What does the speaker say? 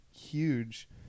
huge